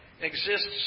exists